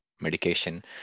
medication